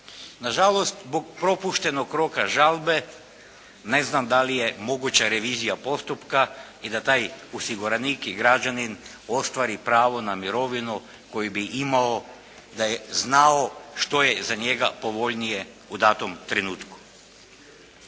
Na žalost zbog propuštenog roka žalbe, ne znam da li je moguća revizija postupka i da taj osiguranik i građanin ostvari pravo na mirovinu koju bi imao da je znao što je za njega povoljnije u datom trenutku.